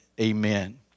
Amen